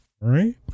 Right